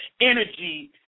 energy